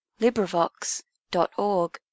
LibriVox.org